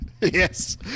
Yes